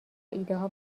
ایدهها